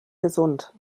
gesund